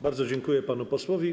Bardzo dziękuję panu posłowi.